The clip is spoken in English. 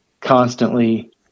constantly